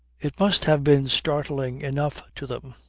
it must have been startling enough to them.